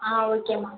ஆ ஓகேம்மா